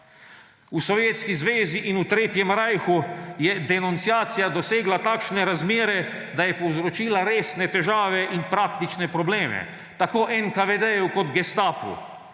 V Sovjetski zvezi in v Tretjem rajhu je denunciacija dosegla takšne razmere, da je povzročila resne težave in praktične probleme tako NKVD kot gestapu.